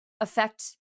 affect